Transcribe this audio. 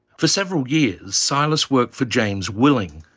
for several years silas worked for james willing,